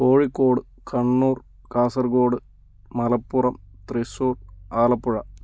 Kozhikode Kannur Kasaragod Malappuram Thrissur Alappuzha